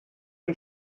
ein